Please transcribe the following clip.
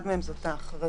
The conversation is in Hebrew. אחד מהם זאת ההכרזה,